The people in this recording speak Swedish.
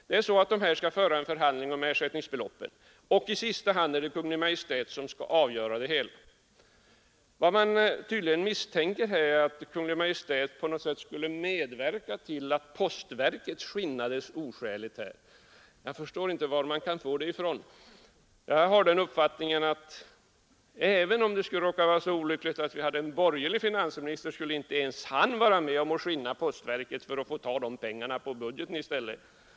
Dessa parter skall föra en förhandling om ersättningsbeloppen, och i sista hand är det Kungl. Maj:t som skall avgöra det hela. Vad man tydligen misstänker är att Kungl. Maj:t på något sätt skall medverka till att postverket skinnas oskäligt. Jag förstår inte var man kan få det ifrån. Jag har den uppfattningen att även om det skulle råka vara så olyckligt att vi hade en borgerlig finansminister, så skulle inte ens han vara med om att skinna postverket för att ta pengarna över budgeten i stället.